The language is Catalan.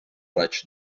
raig